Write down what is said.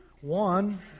One